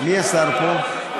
מי השר פה?